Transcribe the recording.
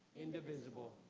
indivisible,